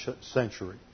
century